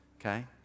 Okay